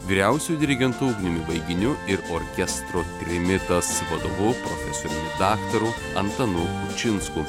vyriausiuoju dirigentu ugniumi vaiginiu ir orkestro trimitas vadovu profesoriumi daktaru antanu kučinsku